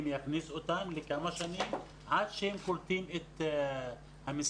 יכניס אותן לכמה שנים עד שהם קולטים את המשרה.